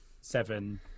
seven